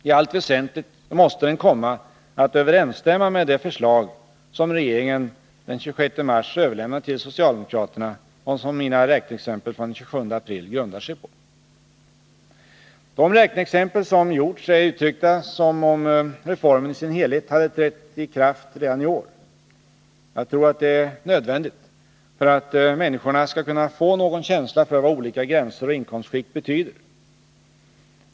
I allt väsentligt måste den komma att överensstämma med det förslag som regeringen den 26 mars överlämnade till socialdemokraterna och som mina räkneexempel från den 27 april grundar sig på. De räkneexempel som gjorts är uttryckta som om reformen i sin helhet hade trätt i kraft redan i år. Jag tror att det är nödvändigt för att människorna skall kunna få någon känsla för vad olika gränser och inkomstskikt betyder.